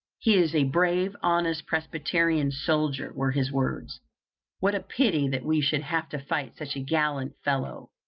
he is a brave, honest presbyterian soldier, were his words what a pity that we should have to fight such a gallant fellow!